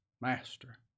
Master